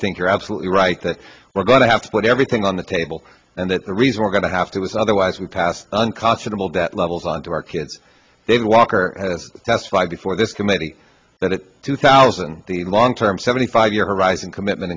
think you're absolutely right that we're going to have to put everything on the table and that the reason we're going to have to is otherwise and pass unconscionable debt levels on to our kids david walker that's why before this committee that two thousand the long term seventy five year horizon commitment